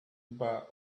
about